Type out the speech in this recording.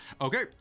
Okay